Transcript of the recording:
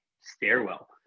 stairwell